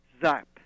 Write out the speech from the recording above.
zap